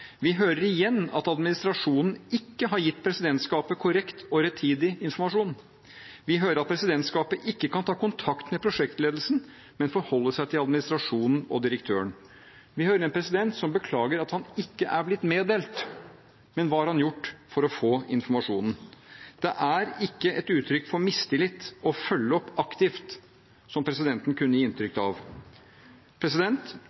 Vi hører igjen at administrasjonen ikke har gitt presidentskapet korrekt og rettidig informasjon. Vi hører at presidentskapet ikke kan ta kontakt med prosjektledelsen, men forholder seg til administrasjonen og direktøren. Vi hører en president som beklager at han ikke er blitt meddelt, men hva har han gjort for å få informasjon? Det er ikke et uttrykk for mistillit å følge opp aktivt – som presidenten kunne gi inntrykk